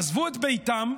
עזבו את ביתם.